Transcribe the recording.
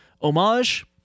homage